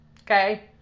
okay